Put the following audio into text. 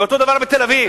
ואותו דבר בתל-אביב,